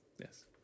Yes